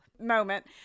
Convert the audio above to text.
moment